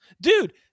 Dude